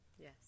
Yes